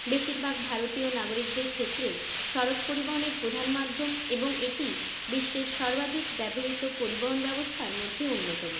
বেশিরভাগ ভারতীয় নাগরিকদের ক্ষেত্রে সড়ক পরিবহনের প্রধান মাধ্যম এবং এটি বিশ্বের সর্বাধিক ব্যবহৃত পরিবহন ব্যবস্থার মধ্যে অন্যতম